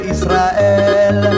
Israel